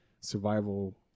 survival